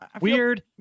Weird